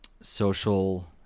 social